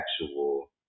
actual